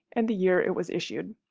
and the year it was issued.